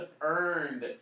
earned